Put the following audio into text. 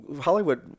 Hollywood